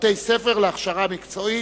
(בתי-ספר להכשרה מקצועית),